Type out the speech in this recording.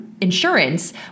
insurance